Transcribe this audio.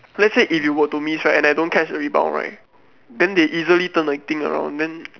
let's say if you were to miss right and I don't catch the rebound right then they easily turn the thing around then